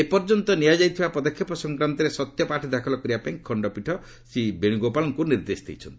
ଏ ପର୍ଯ୍ୟନ୍ତ ନିଆଯାଇଥିବା ପଦକ୍ଷେପ ସଂକ୍ରାନ୍ତରେ ସତ୍ୟପାଠ ଦାଖଲ କରିବା ପାଇଁ ଖଣ୍ଡପୀଠ ଶ୍ରୀ ବେଣୁଗୋପାଳଙ୍କୁ ନିର୍ଦ୍ଦେଶ ଦେଇଛନ୍ତି